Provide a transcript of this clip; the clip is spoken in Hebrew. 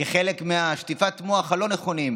כחלק משטיפת המוח הלא-נכונה,